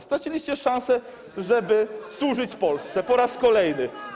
Straciliście szansę, żeby służyć Polsce - po raz kolejny.